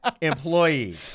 employee